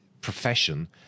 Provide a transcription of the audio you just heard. profession